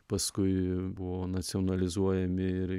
paskui buvo nacionalizuojami ir